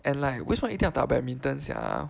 and like 为什么一定要打 badminton sia